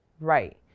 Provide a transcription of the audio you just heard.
Right